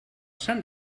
sant